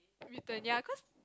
written ya cause